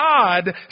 God